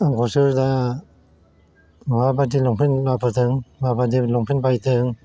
आंखौसो दा माबायदि लंफेन लाबोदों माबायदि लंफेन बायदों